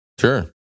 Sure